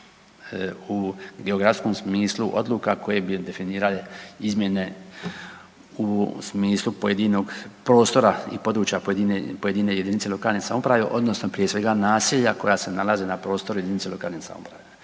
u geografskom smislu odluka koje bi definirale izmjene u smislu pojedinog prostora i područja pojedine, pojedine JLS odnosno prije svega naselja koja se nalaze na prostoru JLS. Netko me je već